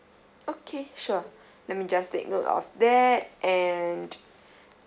okay sure let me just take note of that and